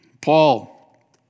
Paul